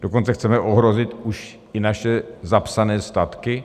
Dokonce chceme ohrozit už i naše zapsané statky?